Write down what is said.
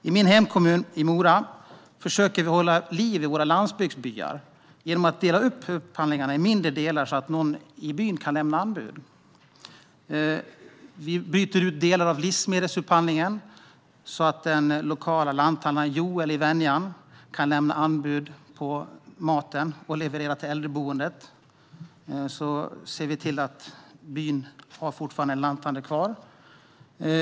I min hemkommun Mora försöker vi hålla liv i våra landsbygdsbyar genom att dela upp upphandlingarna i mindre delar så att någon i byn kan lämna anbud. Vi bryter ut delar av livsmedelsupphandlingen så att den lokala lanthandlaren Joel i Venjan kan lämna anbud på att leverera mat till äldreboendet. Då ser vi till att byn fortfarande kan ha en lanthandel.